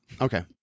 Okay